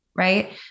Right